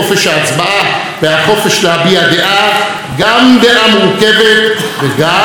גם דעה מורכבת, וגם את החובה שלנו להקשיב.